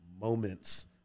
moments